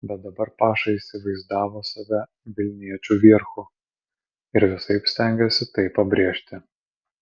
bet dabar paša įsivaizdavo save vilniečių vierchu ir visaip stengėsi tai pabrėžti